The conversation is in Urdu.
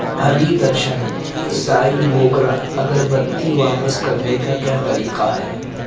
ہری درشن سائی موگرہ اگربتی واپس کرنے کا کیا طریقہ ہے